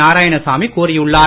நாராயணசாமி கூறியுள்ளார்